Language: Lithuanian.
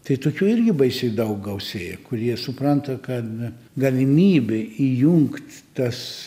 tai tokių irgi baisiai daug gausėja kurie supranta kad galimybė įjungt tas